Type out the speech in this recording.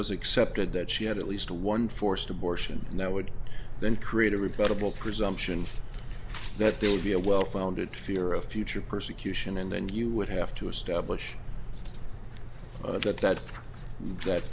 was accepted that she had at least one forced abortion and that would then create a rebuttal presumption that there would be a well founded fear of future persecution and then you would have to establish that that that